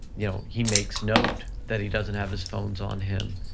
you know he makes note that he doesn't have his phones on him.